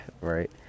right